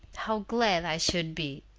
how glad i should be!